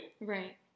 right